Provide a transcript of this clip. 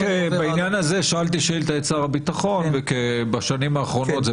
רק בעניין הזה שאלתי שאילתה את שר הביטחון ובשנים האחרונות,